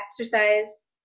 exercise